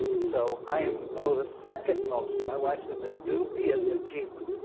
so i um know the second most my wife says a dubious achievement.